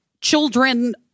children